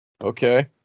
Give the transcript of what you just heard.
okay